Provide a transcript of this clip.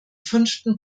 fünften